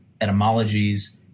etymologies